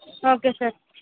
okay sir